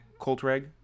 Coltreg